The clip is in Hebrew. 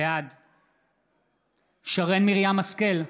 בעד שרן מרים השכל,